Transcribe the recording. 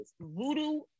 voodoo